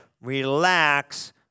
Relax